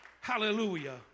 Hallelujah